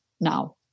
now